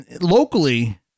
locally